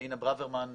אינה ברוורמן,